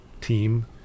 team